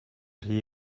rhy